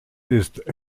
ist